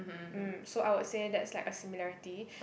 um so I would say that's like a similarity